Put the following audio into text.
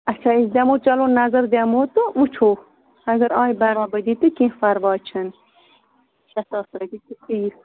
اَچھا أسۍ دِمو چلو نظر دِمو تہٕ وُچھو اگر آے برابری تہٕ کیٚنٛہہ پرواے چھُنہٕ شیٚے ساس رۄپیہِ چھِ ٹھیٖک